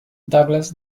douglas